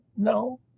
No